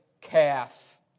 calf